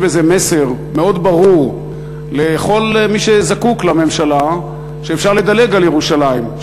יש בזה מסר מאוד ברור לכל מי שזקוק לממשלה שאפשר לדלג על ירושלים,